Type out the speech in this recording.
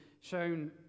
shown